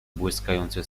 błyskający